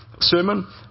sermon